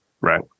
Right